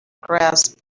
grasp